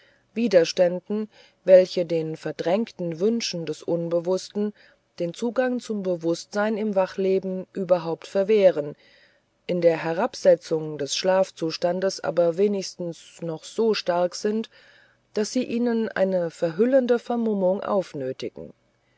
widerständen welche den verdrängten wünschen des unbewußten den zugang zum bewußtsein im wachleben überhaupt verwehren in der herabsetzung des schlafzustandes aber wenigstens noch so stark sind daß sie ihnen eine verhüllende vermummung